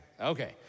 Okay